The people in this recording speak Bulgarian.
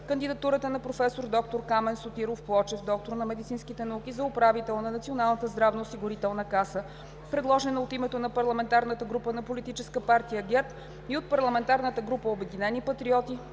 Кандидатурата на професор доктор Камен Сотиров Плочев, доктор на медицинските науки и за управител на Националната здравноосигурителна каса, предложена от името на парламентарната група на Политическа партия ГЕРБ и от парламентарната група „Обединени патриоти“,